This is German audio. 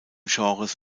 genres